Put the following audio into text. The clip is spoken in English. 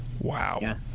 Wow